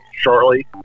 shortly